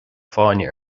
fáinne